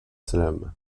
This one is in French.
slalom